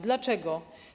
Dlaczego?